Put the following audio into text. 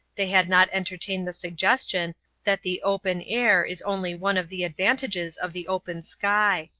they had not entertained the suggestion that the open air is only one of the advantages of the open sky.